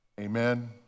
Amen